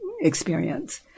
experience